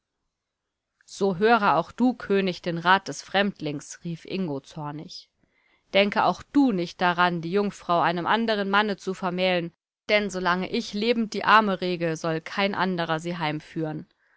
so höre auch du könig den rat des fremdlings rief ingo zornig denke auch du nicht daran die jungfrau einem anderen manne zu vermählen denn solange ich lebend die arme rege soll kein anderer sie